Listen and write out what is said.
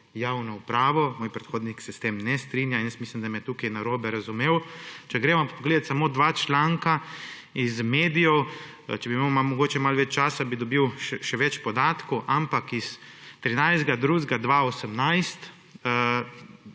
javno upravo«. Moj predhodnik se s tem ne strinja in jaz mislim, da me je tukaj narobe razumel. Če greva pogledat samo dva članka iz medijev. Če bi imel mogoče malo več časa, bi dobil še več podatkov. 13. 2. 2018,